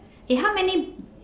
eh how many